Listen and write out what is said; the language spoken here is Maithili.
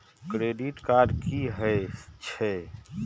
क्रेडिट कार्ड की हे छे?